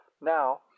Now